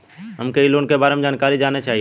हम इ लोन के बारे मे जानकारी जाने चाहीला?